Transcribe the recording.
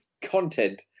content